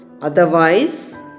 Otherwise